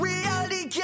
Reality